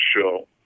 show